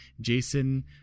Jason